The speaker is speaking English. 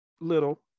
little